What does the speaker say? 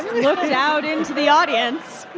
look down into the audience.